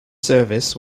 service